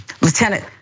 Lieutenant